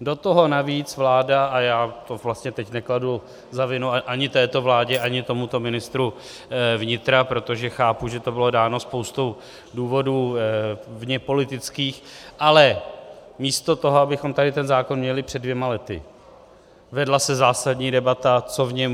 Do toho navíc vláda a já to vlastně teď nekladu za vinu ani této vládě, ani tomuto ministru vnitra, protože chápu, že to bylo dáno spoustou důvodů vněpolitických, ale místo toho, abychom tady ten zákon měli před dvěma lety, vedla se zásadní debata, co v něm